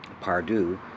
Pardue